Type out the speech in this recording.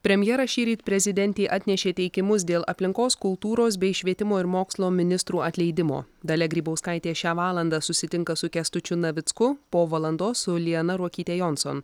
premjeras šįryt prezidentei atnešė teikimus dėl aplinkos kultūros bei švietimo ir mokslo ministrų atleidimo dalia grybauskaitė šią valandą susitinka su kęstučiu navicku po valandos su liana ruokytė johnson